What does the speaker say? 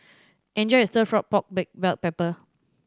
enjoy your Stir Fry pork with black pepper